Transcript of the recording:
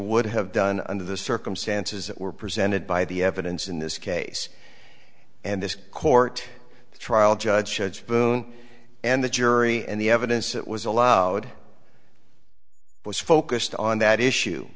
would have done under the circumstances that were presented by the evidence in this case and this court the trial judge judge boone and the jury and the evidence that was allowed was focused on that issue